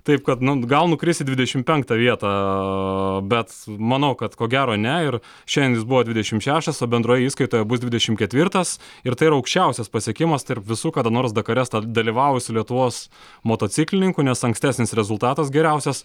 taip kad nu gal nukris į dvidešim penktą vietą bet manau kad ko gero ne ir šiandien jis buvo dvidešim šeštas o bendroje įskaitoje bus dvidešim ketvirtas ir tai yra aukščiausias pasiekimas tarp visų kada nors dakare sta dalyvavusių lietuvos motociklininkų nes ankstesnis rezultatas geriausias